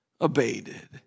abated